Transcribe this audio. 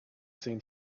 seen